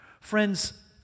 Friends